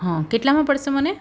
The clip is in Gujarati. હં કેટલામાં પડશે મને